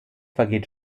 vergeht